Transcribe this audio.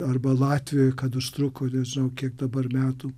arba latvijoj kad užtruko nežinau kiek dabar metų